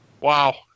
Wow